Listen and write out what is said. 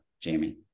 Jamie